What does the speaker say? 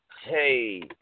Hey